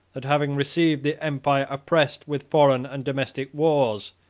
that, having received the empire oppressed with foreign and domestic wars,